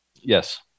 yes